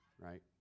right